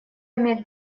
имеет